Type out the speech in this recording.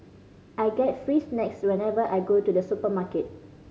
I get free snacks whenever I go to the supermarket